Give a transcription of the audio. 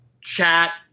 chat